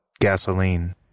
Gasoline